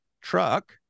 truck